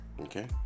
Okay